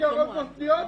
מסגרות מוסדיות.